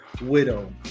widow